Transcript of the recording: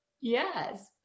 Yes